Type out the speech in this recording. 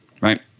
Right